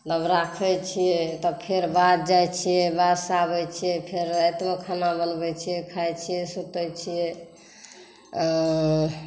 नवराखै छियै तब फेर बाध जाइ छियै बाध सँ आबै छियै फेर राति मे खाना बनबै छियै खाइ छियै सुतै छियै अऽऽऽ